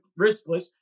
riskless